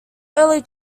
early